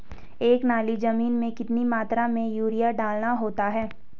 एक नाली जमीन में कितनी मात्रा में यूरिया डालना होता है?